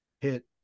hit